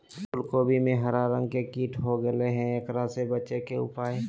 फूल कोबी में हरा रंग के कीट हो गेलै हैं, एकरा से बचे के उपाय?